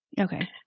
Okay